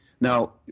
Now